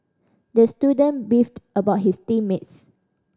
the student beefed about his team mates